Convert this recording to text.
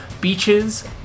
beaches